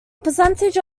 percentage